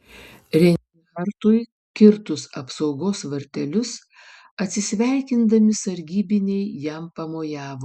reinhartui kirtus apsaugos vartelius atsisveikindami sargybiniai jam pamojavo